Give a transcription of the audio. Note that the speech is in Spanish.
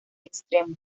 extremo